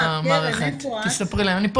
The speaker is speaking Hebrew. זה